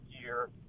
year